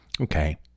Okay